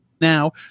now